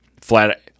flat